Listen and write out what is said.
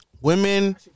Women